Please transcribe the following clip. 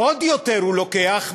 עוד יותר הוא לוקח,